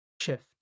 shift